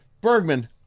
bergman